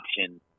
option